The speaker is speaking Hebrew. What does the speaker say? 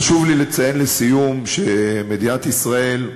חשוב לי לציין, לסיום, שמדינת ישראל,